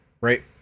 right